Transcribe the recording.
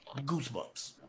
goosebumps